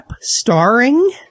starring